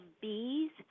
bees